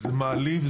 זה מעליב,